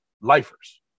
lifers